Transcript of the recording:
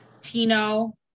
Tino